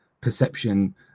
perception